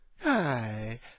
Hi